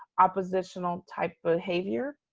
oppositional type behavior.